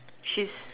she's